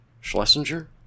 Schlesinger